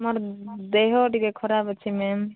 ମୋର ଦେହ ଟିକେ ଖରାପ ଅଛି ମ୍ୟାମ୍